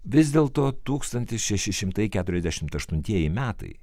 vis dėlto tūkstantis šeši šimtai keturiasdešimt aštuntieji metai